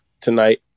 Tonight